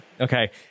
Okay